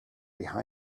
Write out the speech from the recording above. behind